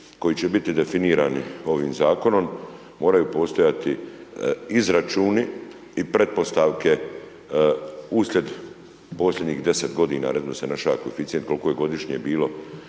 koji će biti definirani ovim zakonom, moraju postojati izračuni i pretpostavke uslijed posljednjih 10 godina .../nerazumljivo/... naš koeficijent koliko je godišnje bilo